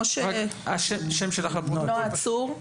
שמי נועה צור,